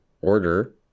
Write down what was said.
order